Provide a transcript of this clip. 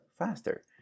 Faster